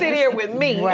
and here with me. right.